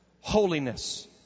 holiness